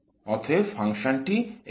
অতএব ফাংশনটি এইরকম